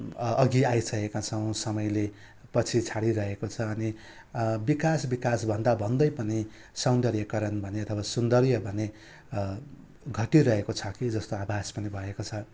अघि आइसकेका छौ समयले पछि छाडिरहेको छ अनि विकास विकास भन्दा भन्दै पनि सौन्दर्यकरण भने अथवा सौन्दर्य भने घटिरहेको छ कि जस्तो आभास पनि भएको छ